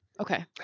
Okay